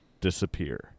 disappear